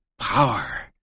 power